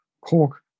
Cork